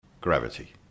gravity